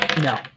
No